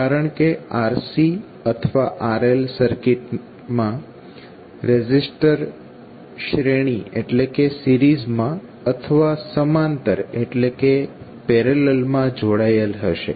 કારણકે RC અથવા RL સર્કિટમાં રેસીસ્ટર શ્રેણી માં અથવા સમાંતર માં જોડાયેલ હશે